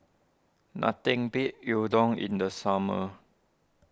nothing beats Udon in the summer